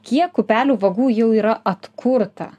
kiek upelių vagų jau yra atkurta